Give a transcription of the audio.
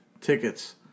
tickets